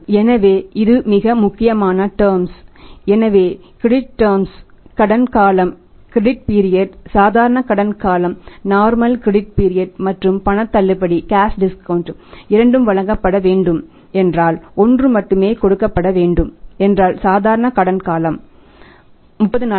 எனவே இது மிக முக்கியமான டேம்ஸ் 30 நாட்கள்